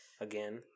again